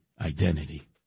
Identity